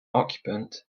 occupant